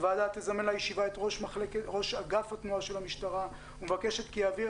הוועדה תזמן לישיבה את ראש אגף התנועה של המשטרה ומבקשת כי יעביר